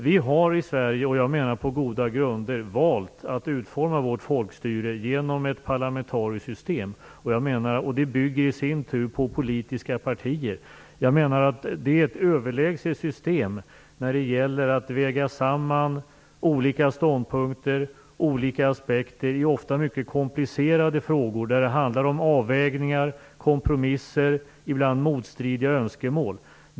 Vi i Sverige har, på goda grunder menar jag, valt att utforma vårt folkstyre genom ett parlamentariskt system. Det bygger i sin tur på politiska partier. Jag menar att det är ett överlägset system när det gäller att väga samman olika ståndpunkter och aspekter i ofta mycket komplicerade frågor där det handlar om avvägningar, kompromisser och ibland motstridiga önskemål.